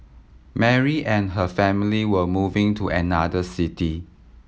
Mary and her family were moving to another city